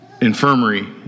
infirmary